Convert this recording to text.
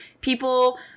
people